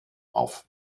auf